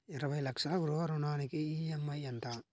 ఇరవై లక్షల గృహ రుణానికి ఈ.ఎం.ఐ ఎంత?